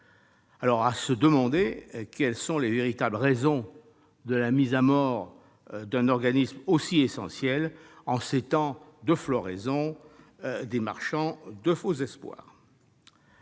C'est à se demander quelles sont les véritables raisons de la mise à mort d'un organisme aussi essentiel, en ces temps de floraison des marchands de faux espoirs.